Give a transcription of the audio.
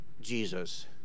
Jesus